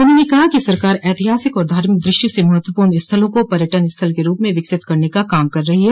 उन्होंने कहा कि सरकार ऐतिहासिक और धार्मिक दृष्टि से महत्वपूर्ण स्थलों को पर्यटन स्थल के रूप में विकसित करने का काम कर रही है